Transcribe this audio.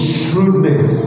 shrewdness